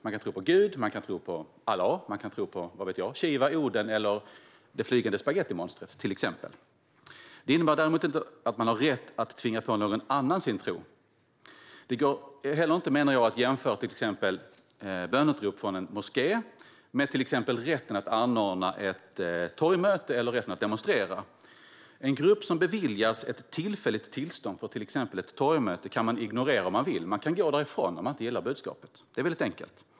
Man kan tro på Gud, man kan tro på Allah, man kan tro på - vad vet jag, Shiva, Oden eller det flygande spagettimonstret, till exempel. Det innebär däremot inte att man har rätt att tvinga på någon annan sin tro. Det går inte heller, menar jag, att jämföra till exempel böneutrop från en moské med exempelvis rätten att anordna ett torgmöte eller rätten att demonstrera. En grupp som beviljas ett tillfälligt tillstånd för till exempel ett torgmöte kan man ignorera om man vill. Man kan gå därifrån om man inte gillar budskapet; det är väldigt enkelt.